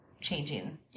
changing